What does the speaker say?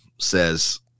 says